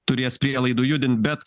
turės prielaidų judint bet